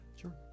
Sure